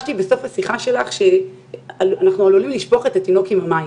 הרגשתי בסוף השיחה שלך שאנחנו עלולים לשפוך את התינוק עם המים,